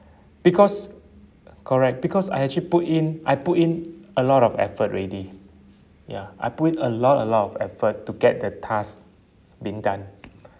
because correct because I actually put in I put in a lot of effort already ya I put in a lot a lot of effort to get the task been done